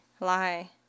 Lie